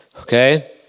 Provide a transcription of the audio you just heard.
Okay